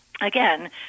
again